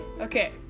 Okay